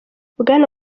bwana